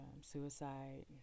suicide